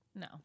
no